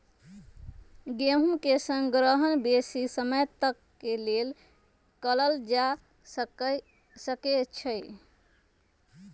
गेहूम के संग्रहण बेशी समय तक के लेल कएल जा सकै छइ